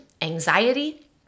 anxiety